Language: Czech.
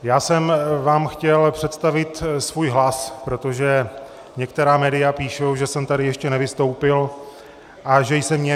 Já jsem vám chtěl představit svůj hlas, protože některá média píší, že jsem tady ještě nevystoupil a že jsem němý.